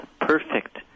perfect